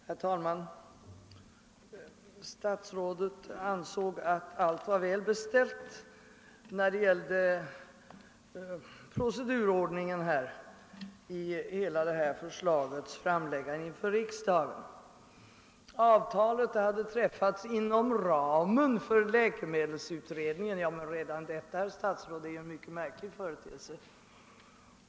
Herr talman! Herr statsrådet ansåg att allt var väl beställt när det gällde procedurordningen för detta förslags framläggande för riksdagen. Avtalet hade träffats inom ramen för läkemedelsutredningen. Ja, men redan detta, herr statsråd, är en mycket märklig företeelse.